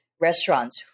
restaurants